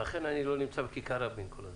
לכן אני לא נמצא בכיכר רבין.